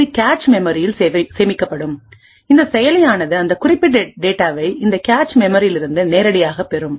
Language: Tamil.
இது கேட்ச் மெமரியில் சேமிக்கப்படும் இந்த செயலி ஆனது அந்த குறிப்பிட்ட டேட்டாவை இந்த கேச் மெமரியில் இருந்து நேரடியாக பெறும்